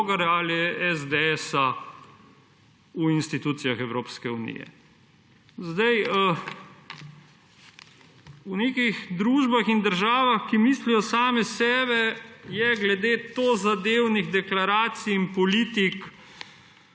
ali SDS v institucijah Evropske unije. V nekih družbah in državah, ki mislijo same sebe, je glede tozadevnih deklaracij in politik